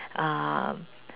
um